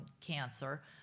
cancer